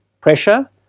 pressure